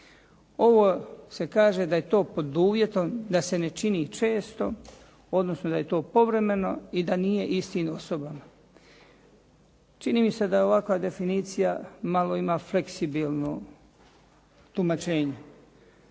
Ovo se kaže da je to pod uvjetom da se ne čini često, odnosno da je to povremeno i da nije istim osobama. Čini mi se da ovakva definicija malo ima fleksibilno tumačenje.